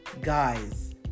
guys